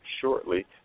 shortly